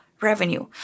revenue